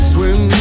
Swim